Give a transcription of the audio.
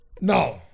No